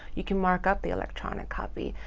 you can mark up the electronic copy.